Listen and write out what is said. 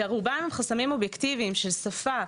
שרובם חסמים אובייקטיבים של שפה,